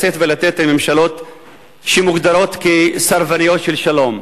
לשאת ולתת עם ממשלות שמוגדרות סרבניות של שלום.